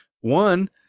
One